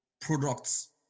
products